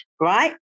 right